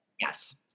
Yes